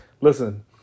Listen